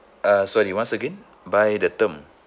uh sorry once again buy the term